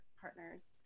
partners